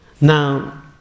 Now